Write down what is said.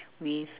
with